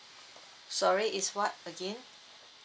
sorry is what again